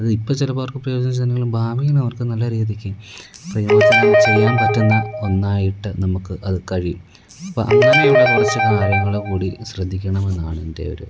അത് ഇപ്പോൾ ചിലപ്പോൾ അവർക്ക് പ്രയോജനം ചെയ്തില്ലെങ്കിലും ഭാവിയിലവർക്ക് നല്ല രീതിക്ക് ചെയ്യാൻ പറ്റുന്ന ഒന്നായിട്ട് നമുക്ക് അതു കഴിയും അപ്പോൾ അങ്ങനെയുള്ള കുറച്ച് കാര്യങ്ങൾ കൂടി ശ്രദ്ധിക്കണമെന്നാണ് എൻ്റെ ഒരു